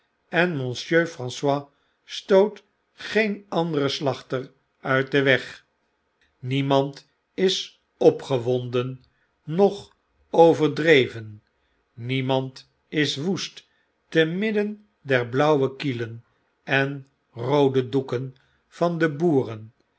en monsieur francois stoot geen anderen slachter uit den weg niemand is opgewonden noch overdreven niemand is woest te midden der blauwe kielen en roode doeken van de boeren